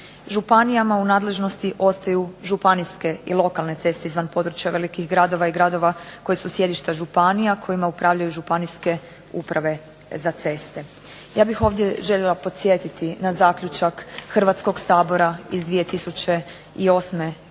Županijama u nadležnosti ostaju županijske i lokalne ceste izvan područja velikih gradova i gradova koja su sjedišta županija kojima upravljaju Županijske uprave za ceste. Ja bih ovdje željela podsjetiti na zaključak Hrvatskog sabora iz 2008. godine